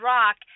Rock